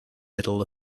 middle